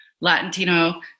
Latino